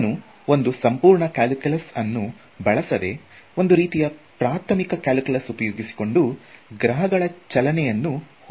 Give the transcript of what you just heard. ಇವನು ಒಂದು ಸಂಪೂರ್ಣ ಕಲ್ಕ್ಯುಲಕ್ಸ್ ಅನ್ನು ಬಳಸದೆ ಒಂದು ರೀತಿಯ ಪ್ರಾಥಮಿಕ ಕಲ್ಕ್ಯುಲಸ್ ಉಪಯೋಗಿಸಿಕೊಂಡು ಗ್ರಹಗಳ ಚಲನೆಯನ್ನು ಊಹಿಸಿದ